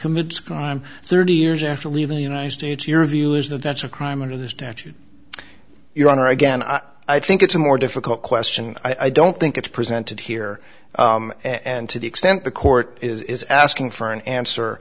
commits crime thirty years after leaving the united states your view is that that's a crime under the statute your honor again i think it's a more difficult question i don't think it's presented here and to the extent the court is asking for an answer